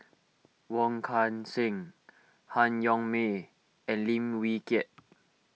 Wong Kan Seng Han Yong May and Lim Wee Kiak